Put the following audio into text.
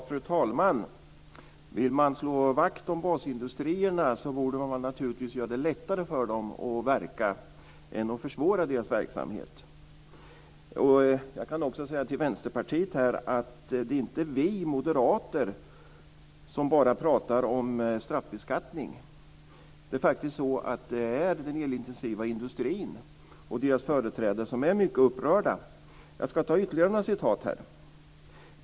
Fru talman! Vill man slå vakt om basindustrierna borde man naturligtvis göra det lättare för dem att verka än att försvåra deras verksamhet. Till Vänsterpartiet vill jag säga att det inte bara är vi moderater som pratar om straffbeskattning. Den elintensiva industrin och dess företrädare är mycket upprörda. Jag ska anföra ytterligare några citat.